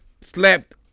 slapped